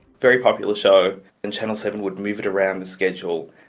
very popular show and channel seven would move it around the schedule,